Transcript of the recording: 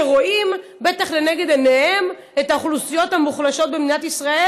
שבטח רואים לנגד עיניהם את האוכלוסיות המוחלשות במדינת ישראל,